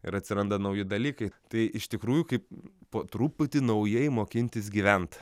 ir atsiranda nauji dalykai tai iš tikrųjų kaip po truputį naujai mokintis gyvent